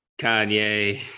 Kanye